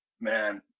man